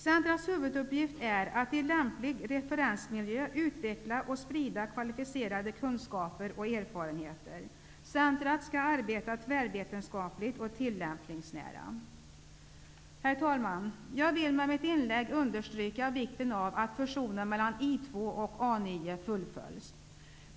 Centrets huvuduppgift är att, i lämplig referensmiljö, utveckla och sprida kvalificerade kunskaper och erfarenheter. Centret skall arbeta tvärvetenskapligt och tillämpningsnära. Herr talman! Jag vill med mitt inlägg understryka vikten av att fusionen mellan I 2 och A 9 fullföljs.